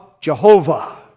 Jehovah